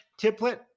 template